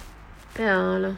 ya lor